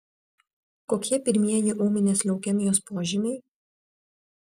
kokie pirmieji ūminės leukemijos požymiai